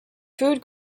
food